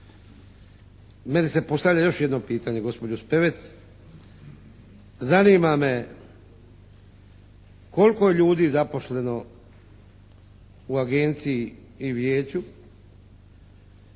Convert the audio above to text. meni se postavlja još jedno pitanje gospođo Spevec. Zanima me koliko je ljudi zaposleno u agenciji i vijeću.